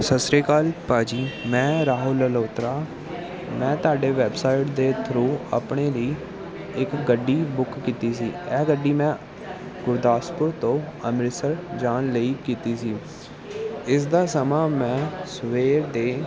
ਸਤਿ ਸ਼੍ਰੀ ਅਕਾਲ ਭਾਅ ਜੀ ਮੈਂ ਰਾਹੁਲ ਲਲੋਤਰਾ ਮੈਂ ਤੁਹਾਡੇ ਵੈਬਸਾਈਟ ਦੇ ਥਰੂ ਆਪਣੇ ਲਈ ਇੱਕ ਗੱਡੀ ਬੁੱਕ ਕੀਤੀ ਸੀ ਇਹ ਗੱਡੀ ਮੈਂ ਗੁਰਦਾਸਪੁਰ ਤੋਂ ਅੰਮ੍ਰਿਤਸਰ ਜਾਣ ਲਈ ਕੀਤੀ ਸੀ ਇਸ ਦਾ ਸਮਾਂ ਮੈਂ ਸਵੇਰ ਦੇ